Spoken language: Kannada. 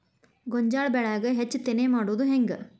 ಗೋಂಜಾಳ ಬೆಳ್ಯಾಗ ಹೆಚ್ಚತೆನೆ ಮಾಡುದ ಹೆಂಗ್?